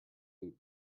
lube